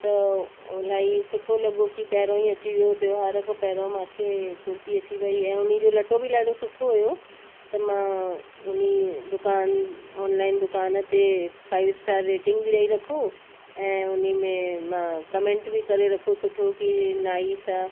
त इलाही सुठो लॻो की पहिरियों ई अची वियो त्योहार खां पहिरियों मूंखे कुर्ती अची वई ऐं उन्ही जो लटो बि ॾाढो सुठो हुयो त मां उन्ही दुकानु ऑनलाइन दुकान ते फाइव स्टार रेटिंग बि ॾेई रखूं ऐं उन में मां कमैंट बि करे रखो सुठो की नाइस आहे